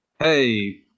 hey